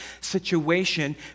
situation